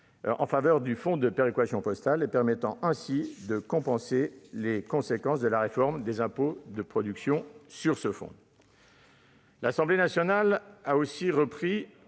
postal national de péréquation territoriale, permettant ainsi de compenser les conséquences de la réforme des impôts de production sur ce fonds.